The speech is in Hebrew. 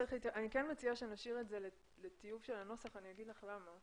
אני כן מציעה שנשאיר את זה לטיוב של הנוסח ואני אומר לך למה.